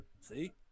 See